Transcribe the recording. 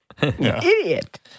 Idiot